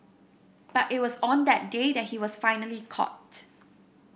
but it was on that day that he was finally caught